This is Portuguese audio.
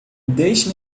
deixe